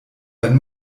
wenn